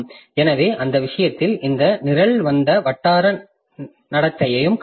எனவே அந்த விஷயத்தில் இந்த நிரல் எந்த வட்டார நடத்தையையும் காட்டாது